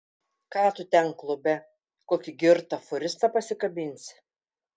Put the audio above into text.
ką tu ten klube kokį girtą fūristą pasikabinsi